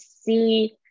see